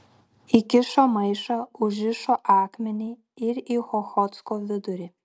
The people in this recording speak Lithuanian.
įkišo į maišą užrišo akmenį ir į ochotsko vidurį